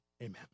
amen